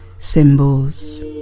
symbols